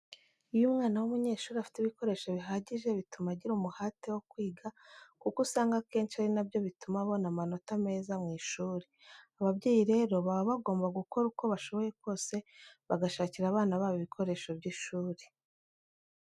Iyo umwana w'umunyeshuri afite ibikoresho bihagije bituma agira umuhate wo kwiga kuko usanga akenshi ari na byo bituma abona amanota meza mu ishuri. Ababyeyi rero baba bagomba gukora uko bashoboye kose bagashakira abana babo ibikoresho by'ishuri.